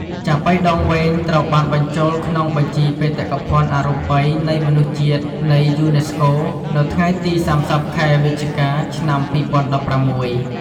ចាប៉ីដងវែង ត្រូវបានបញ្ជូលក្នុងបញ្ជីបេតិកភណ្ឌអរូបីនៃមនុស្សជាតិនៃយូនេស្កូ នៅថ្ងៃទី៣០ ខែវិច្ឆិកា ឆ្នាំ២០១៦។